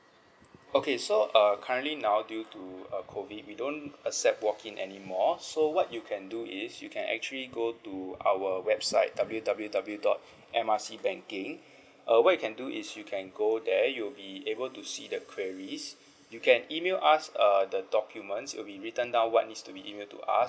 okay so uh currently now due to uh COVID we don't accept walk in anymore so what you can do is you can actually go to our website W_W_W dot M R C banking uh what you can do is you can go there you'll be able to see the queries you can email us err the documents it'll be written down what needs to be emailed to us